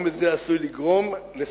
עומס זה עשוי לגרום לסכרת,